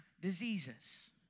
diseases